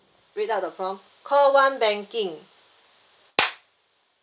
read out the prompt call one banking